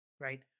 Right